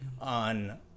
on